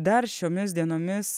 dar šiomis dienomis